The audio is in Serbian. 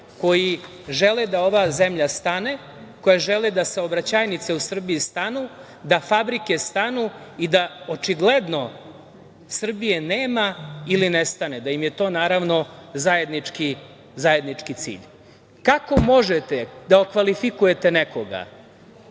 koji žele da ova zemlja stane, koji žele da saobraćajnice u Srbiji stanu, da fabrike stanu i da očigledno Srbije nema ili nestane, da im je to zajednički cilj. Kako možete da okvalifikujete nekoga